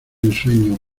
ensueño